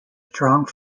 strong